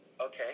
okay